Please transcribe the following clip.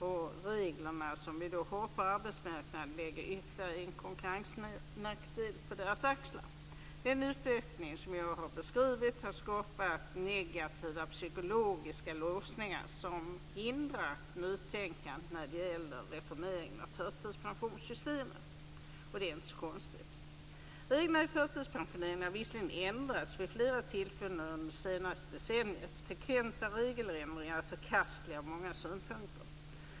De regler som vi har på arbetsmarknaden lägger ytterligare en konkurrensnackdel på deras axlar. Den utveckling som jag har beskrivit har skapat negativa psykologiska låsningar som hindrar nytänkande när det gäller reformeringen av förtidspensionssystemet. Och det är inte så konstigt. Reglerna för förtidspensioneringen har visserligen ändrats vid flera tillfällen under det senaste decenniet. Frekventa regeländringar är förkastliga ur många synpunkter.